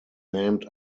named